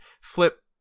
flip